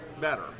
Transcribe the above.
better